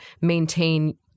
maintain